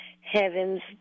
heavens